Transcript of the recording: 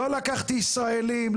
לא לקחתי ישראלים,